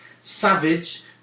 Savage